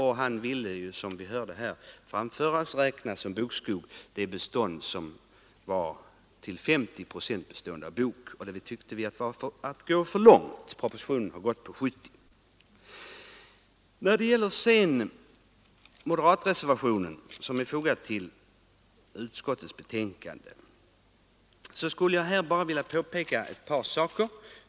Han vill ju som bokskog räkna de bestånd som till 50 procent består av bok. Propositionen har som bekant stannat för 70 procent. När det sedan gäller den moderatreservation som är fogad till utskottets betänkande skulle jag vilja påpeka ett par saker.